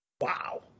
Wow